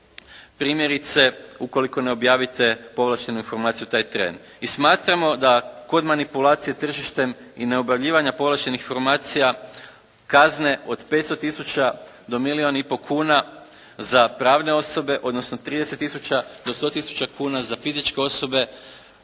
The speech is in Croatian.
primjerice ukoliko ne objavite povlaštenu informaciju taj tren i smatramo da kod manipulacije tržištem i neobjavljivanja povlaštenih informacija kazne od 500 tisuća do milijun i pol kuna za pravne osobe, odnosno 30 tisuća do 100 tisuća kuna za fizičke osobe